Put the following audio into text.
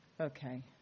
Okay